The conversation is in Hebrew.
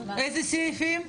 איזה סעיפים?